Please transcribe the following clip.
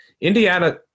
Indiana